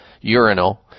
urinal